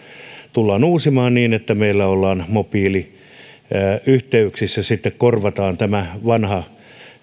tullaan uusimaan niin että meillä ollaan mobiiliyhteyksissä ja korvataan tämä vanha